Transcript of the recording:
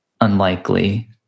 unlikely